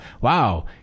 wow